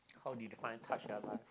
how do you define touch their life